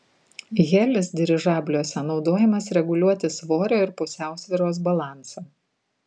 helis dirižabliuose naudojamas reguliuoti svorio ir pusiausvyros balansą